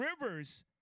Rivers